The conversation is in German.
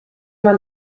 man